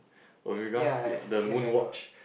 Omega speed the moon watch